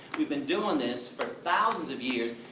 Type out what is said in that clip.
we've been doing this for thousands of years.